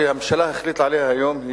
שהממשלה החליטה עליה היום,